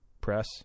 Press